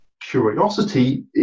curiosity